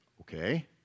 okay